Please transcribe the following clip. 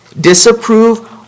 disapprove